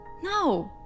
No